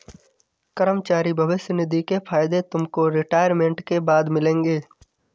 कर्मचारी भविष्य निधि के फायदे तुमको रिटायरमेंट के बाद मिलेंगे